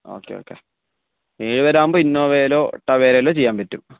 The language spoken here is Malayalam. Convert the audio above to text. ഓക്കെ ഓക്കെ ഏഴ് പേരാകുമ്പോൾ ഇന്നോവേലോ ടവേരേലോ ചെയ്യാൻ പറ്റും